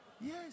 Yes